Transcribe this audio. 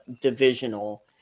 divisional